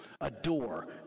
adore